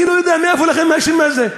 אני לא יודע מאיפה לכם השם הזה,